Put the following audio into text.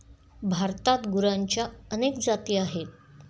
भारतात गुरांच्या अनेक जाती आहेत